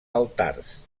altars